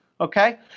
okay